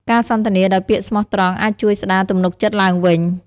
ការសន្ទនាដោយពាក្យស្មោះត្រង់អាចជួយស្ដារទំនុកចិត្តឡើងវិញ។